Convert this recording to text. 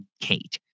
Kate